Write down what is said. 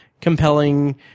compelling